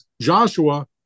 Joshua